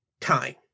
time